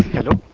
and